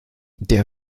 der